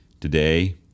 Today